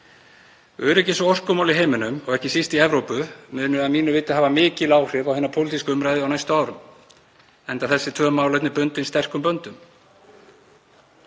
Öryggis- og orkumál í heiminum, og ekki síst í Evrópu, munu að mínu viti hafa mikil áhrif á hina pólitísku umræðu á næstu árum enda þessi tvö málefni bundin sterkum böndum.